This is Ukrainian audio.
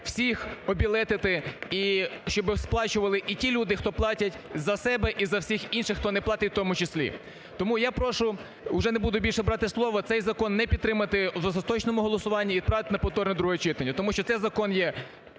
всіх обілетити і щоби сплачували і ті люди, хто платять за себе, і за всіх інших, хто не платить, в тому числі. Тому я прошу, уже не буду більше брати слово, цей закон не підтримувати в остаточному голосуванні, відправити на повторне друге читання, тому що цей закон є